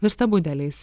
virsta budeliais